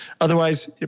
Otherwise